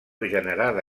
generada